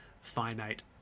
finite